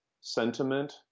sentiment